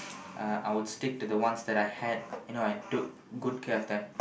uh I would stick to the ones that I had you know I took good care of them